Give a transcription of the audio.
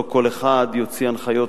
לא כל אחד יוציא הנחיות,